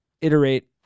Iterate